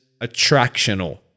attractional